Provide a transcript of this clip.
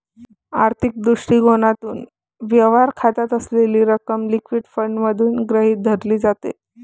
आर्थिक दृष्टिकोनातून, व्यवहार खात्यात असलेली रक्कम लिक्विड फंड म्हणून गृहीत धरली जाते